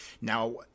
now